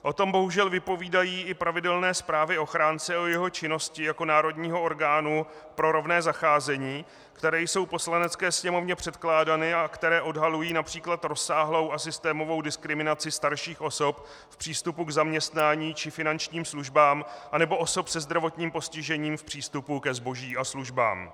O tom bohužel vypovídají i pravidelné zprávy ochránce o jeho činnosti jako národního orgánu pro rovné zacházení, které jsou Poslanecké sněmovně předkládány a které odhalují např. rozsáhlou a systémovou diskriminaci starších osob v přístupu k zaměstnání či finančním službám nebo osob se zdravotním postižením v přístupu ke zboží a službám.